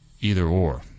either-or